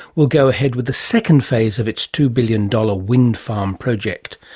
will go ahead with the second phase of its two billion dollars wind farm project.